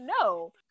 No